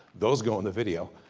those go in the video.